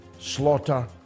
slaughter